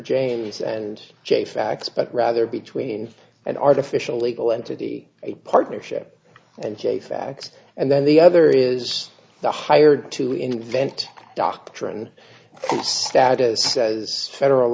james and j facts but rather between an artificial legal entity a partnership and j facts and then the other is the hired to invent doctrine status says federal